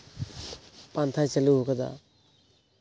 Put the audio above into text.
ᱯᱟᱱᱛᱷᱟᱭ ᱪᱟᱹᱞᱩ ᱟᱠᱟᱫᱟ